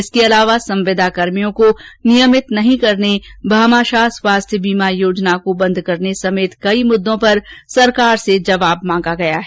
इसके अलावा संविदाकर्मियों को नियमित नहीं करने भामाशाह स्वास्थ्य बीमा योजना को बंद करने समेत कई मुद्दों पर सरकार से जवाब मांगा गया है